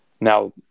now